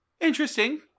Interesting